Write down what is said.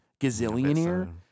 Gazillionaire